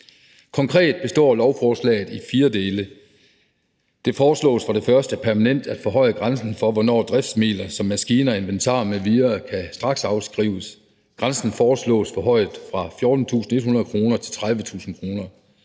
Konkret består lovforslaget af fire dele. Det foreslås for det første permanent at forhøje grænsen for, hvornår driftsmidler som maskiner, inventar m.v. kan straksafskrives. Grænsen foreslås forhøjet fra 14.100 kr. til 30.000 kr.